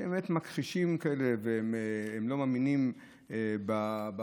שהם באמת מכחישים כאלה, והם לא מאמינים בחיסון,